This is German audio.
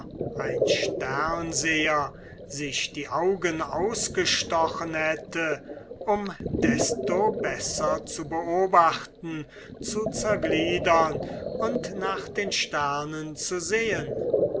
ein sternseher sich die augen ausgestochen hätte um desto besser zu beobachten zu zergliedern und nach den sternen zu sehen